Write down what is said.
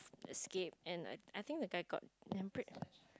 escape and I I think the guy got